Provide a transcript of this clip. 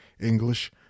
English